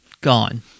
gone